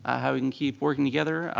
ah how we can keep working together,